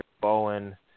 Bowen